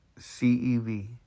C-E-V